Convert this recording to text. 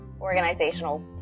organizational